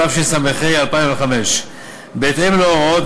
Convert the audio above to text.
התשס"ה 2005. בהתאם להוראות,